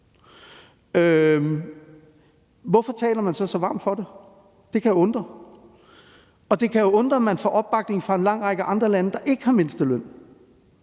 Hvorfor taler man så så varmt for det? Det kan undre. Og det kan undre, at man får opbakning fra en lang række andre lande, der ikke har mindsteløn.